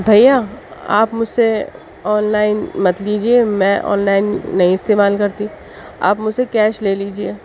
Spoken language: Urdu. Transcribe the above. بھیا آپ مجھ سے آن لائن مت لیجیے میں آن لائن نہیں استعمال کرتی آپ مجھ سے کیش لے لیجیے